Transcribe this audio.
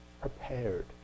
prepared